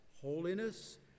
holiness